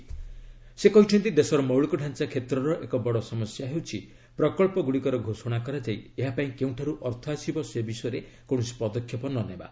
ପ୍ରଧାନମନ୍ତ୍ରୀ କହିଛନ୍ତି ଦେଶର ମୌଳିକ ଢାଞ୍ଚା କ୍ଷେତ୍ର ଏକ ବଡ଼ ସମସ୍ୟା ହେଉଛି ପ୍ରକଳ୍ପଗୁଡ଼ିକର ଘୋଷଣା କରାଯାଇ ଏହା ପାଇଁ କେଉଁଠାରୁ ଅର୍ଥ ଆସିବ ସେ ବିଷୟରେ କୌଣସି ପଦକ୍ଷେପ ନ ନେବା